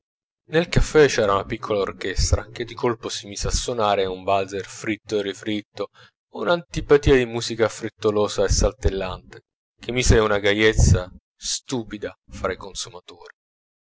nel caffè c'era una piccola orchestra che di colpo si mise a sonare un walzer fritto e rifritto un'antipatia di musica frettolosa e saltellante che mise una gaiezza stupida fra i consumatori